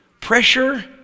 pressure